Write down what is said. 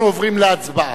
רבותי, אנחנו עוברים להצבעה.